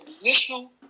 initial